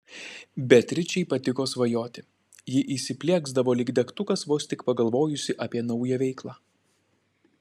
beatričei patiko svajoti ji įsiplieksdavo lyg degtukas vos tik pagalvojusi apie naują veiklą